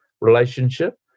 relationship